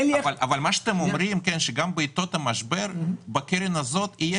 אבל מה שאתם אומרים שגם בעתות משבר בקרן הזאת יהיה